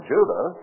Judah